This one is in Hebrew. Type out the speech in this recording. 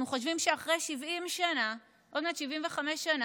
אנחנו חושבים שאחרי 70 שנה, עוד מעט 75 שנה,